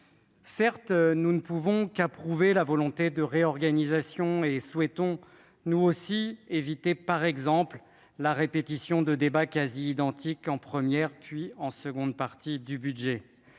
Certes, nous ne pouvons qu'approuver la volonté de réorganisation, souhaitant nous aussi éviter la répétition de débats quasi identiques en première et seconde parties du budget.